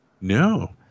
No